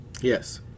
yes